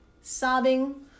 sobbing